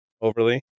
overly